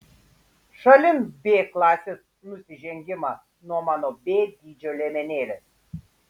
šalin b klasės nusižengimą nuo mano b dydžio liemenėlės